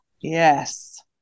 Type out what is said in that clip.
Yes